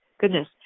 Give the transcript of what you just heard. goodness